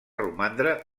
romandre